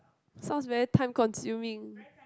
sounds very time consuming